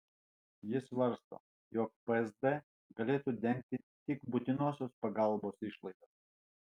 ji svarsto jog psd galėtų dengti tik būtinosios pagalbos išlaidas